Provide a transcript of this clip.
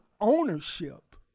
ownership